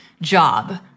job